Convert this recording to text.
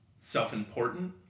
self-important